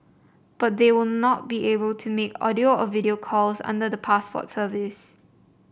but they will not be able to make audio or video calls under the passport service